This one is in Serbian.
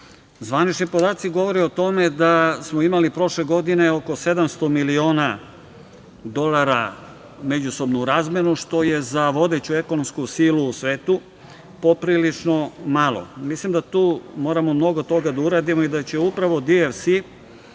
podaci govore o tome da smo imali prošle godine oko 700 miliona dolara međusobnu razmenu, što je za vodeću ekonomsku silu u svetu poprilično malo. Mislim da tu moramo mnogo toga da uradimo i da će upravo DFC,